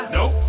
Nope